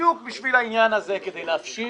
בדיוק בשביל העניין הזה, כדי לאפשר